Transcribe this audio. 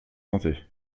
santé